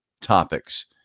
topics